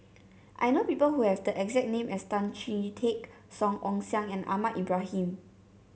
I know people who have the exact name as Tan Chee Teck Song Ong Siang and Ahmad Ibrahim